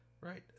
Right